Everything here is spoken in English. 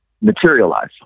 materialize